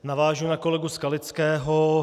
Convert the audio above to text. Navážu na pana kolegu Skalického.